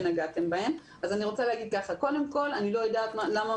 אני רוצה להגיד שאני לא יודעת למה